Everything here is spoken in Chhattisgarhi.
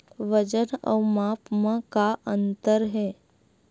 वजन अउ माप म का अंतर हे?